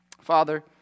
father